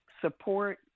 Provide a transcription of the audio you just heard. support